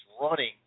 running